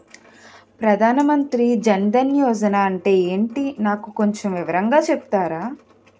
ప్రధాన్ మంత్రి జన్ దన్ యోజన అంటే ఏంటో నాకు కొంచెం వివరంగా చెపుతారా?